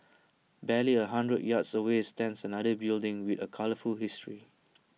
barely A hundred yards away stands another building with A colourful history